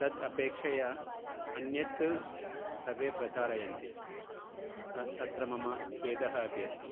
तद् अपेक्षया अन्यत् सर्वे प्रचारयन्ति त तत्र मम खेदः अपि अस्ति